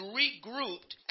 regrouped